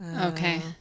Okay